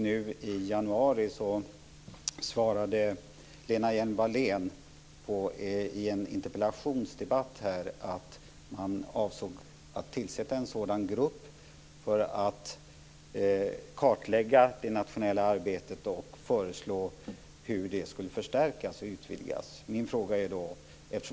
Nu i januari svarade Lena Hjelm-Wallén i en interpellationsdebatt att man avsåg att tillsätta en grupp för att kartlägga det nationella arbetet och föreslå hur det ska förstärkas och utvidgas.